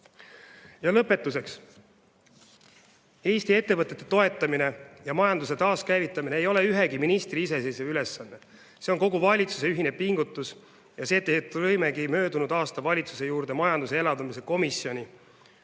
Ja lõpetuseks. Eesti ettevõtete toetamine ja majanduse taaskäivitamine ei ole ühegi ministri iseseisev ülesanne. See on kogu valitsuse ühine pingutus. Selleks lõimegi möödunud aastal valitsuse juurde majanduse elavdamise komisjoni.